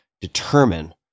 determine